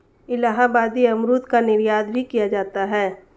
इलाहाबादी अमरूद का निर्यात भी किया जाता है